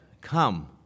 Come